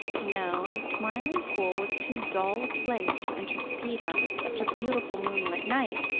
no, the smiling pool was too dull a place to interest peter on such a beautiful moonlight night,